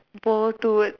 more towards